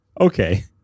Okay